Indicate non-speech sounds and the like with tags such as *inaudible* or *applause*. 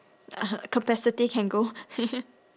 uh capacity can go *noise*